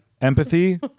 Empathy